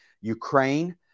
Ukraine